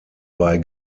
bei